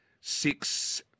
six